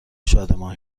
شادمان